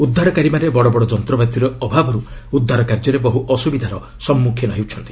ଉଦ୍ଧାରକାରୀମାନେ ବଡ଼ ବଡ଼ ଯନ୍ତ୍ରପାତିର ଅଭାବରୁ ଉଦ୍ଧାର କାର୍ଯ୍ୟରେ ବହୁ ଅସୁବିଧାର ସମ୍ମୁଖୀନ ହେଉଛନ୍ତି